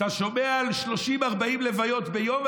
אתה שומע על 40-30 לוויות ביום,